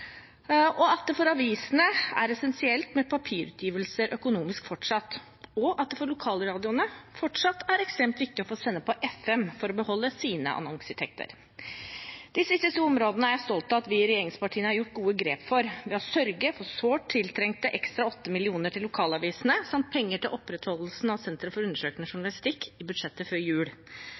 at det for avisene er essensielt økonomisk med papirutgivelser fortsatt, og at det for lokalradioene fortsatt er ekstremt viktig å få sende på FM for å beholde sine annonseinntekter. De siste to områdene er jeg stolt av at vi i regjeringspartiene har gjort gode grep for, ved å sørge for sårt tiltrengte ekstra 8 mill. kr til lokalavisene, samt penger til opprettholdelsen av Senter for undersøkende journalistikk, i budsjettet før jul